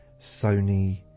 Sony